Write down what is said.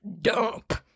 dump